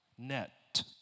net